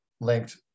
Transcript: linked